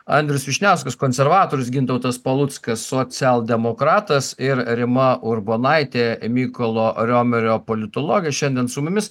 andrius vyšniauskas konservatorius gintautas paluckas socialdemokratas ir rima urbonaitė mykolo romerio politologė šiandien su mumis